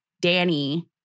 Danny